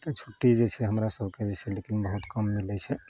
तऽ छुट्टी जे छै हमरा सबके जे छै लेकिन बहुत कम मिलैत छै